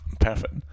Perfect